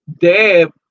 Deb